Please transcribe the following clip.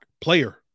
player